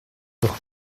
auch